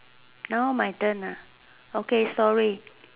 now my turn lah okay story